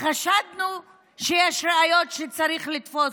חשדנו שיש ראיות שצריך לתפוס.